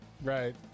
Right